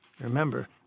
Remember